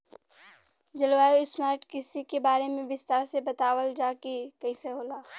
जलवायु स्मार्ट कृषि के बारे में विस्तार से बतावल जाकि कइसे होला?